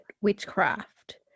witchcraft